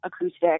acoustic